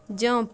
jump